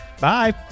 Bye